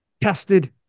tested